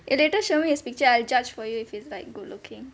eh later show me his picture I judge for you if it's like good looking